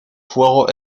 fuego